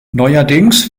neuerdings